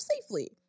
safely